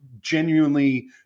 genuinely